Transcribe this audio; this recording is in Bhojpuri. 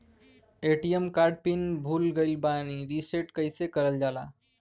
ए.टी.एम कार्ड के पिन भूला गइल बा रीसेट कईसे करल जाला?